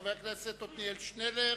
חבר הכנסת עתניאל שנלר,